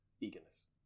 eagerness